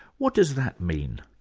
what does that mean?